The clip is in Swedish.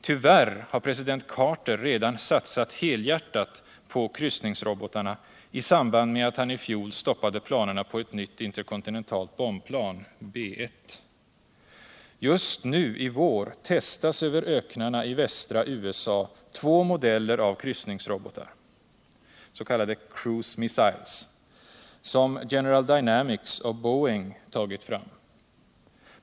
Tyvärr har president Carter redan satsat helhjärtat på kryssningsrobotarna i samband med att han i fjol stoppade planerna på ett nytt interkontinentalt bombplan, B 1. Just nu, i vår, testas över öknarna I västra USA två modeller av kryssningsrobotar — s.k. cruise missiles — som General Dynamics och Boeing tagit fram.